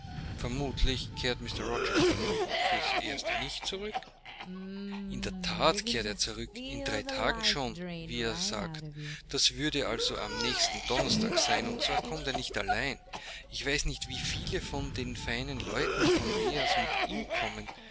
vermutlich kehrt mr rochester noch fürs erste nicht zurück in der that kehrt er zurück in drei tagen schon wie er sagt das würde also am nächsten donnerstag sein und zwar kommt er nicht allein ich weiß nicht wie viele von den feinen leuten von leas mit ihm kommen